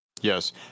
Yes